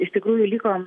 iš tikrųjų liko